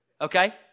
Okay